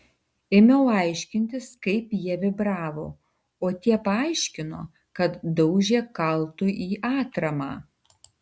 ėmiau aiškintis kaip jie vibravo o tie paaiškino kad daužė kaltu į atramą